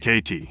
KT